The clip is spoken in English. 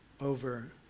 over